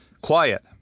quiet